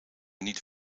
niet